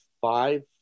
five